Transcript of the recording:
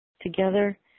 together